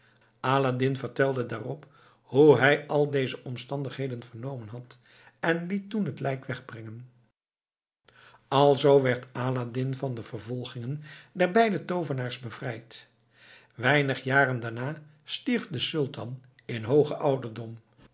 aladdin vertelde daarop hoe hij al deze omstandigheden vernomen had en liet toen het lijk wegbrengen alzoo werd aladdin van de vervolgingen der beide toovenaars bevrijd weinig jaren daarna stierf de sultan in hoogen ouderdom